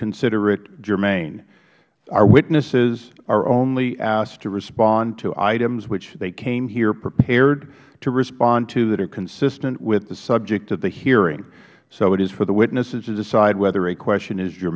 consider it germane our witnesses are only asked to respond to items which they came here prepared to respond to that are consistent with the subject of the hearing so it is for the witness to decide whether a question is